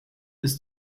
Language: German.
ist